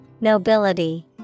Nobility